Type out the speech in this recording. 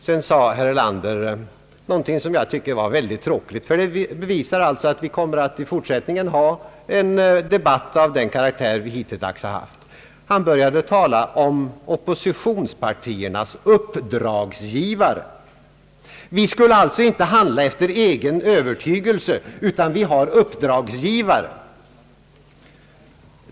Vidare yttrade herr Erlander någonting som jag finner väldigt tråkigt, eftersom det bestyrker att vi också i fortsättningen kommer att ha en debatt av den karaktär vi haft hittilldags: han började tala om »oppositionspartiernas uppdragsgivare». Vi skulle alltså inte handla efter egen övertygelse, utan vi har uppdragsgivare.